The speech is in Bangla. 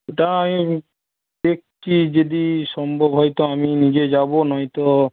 ওটা আমি দেখছি যদি সম্ভব হয় তো আমি নিজে যাবো নয়তো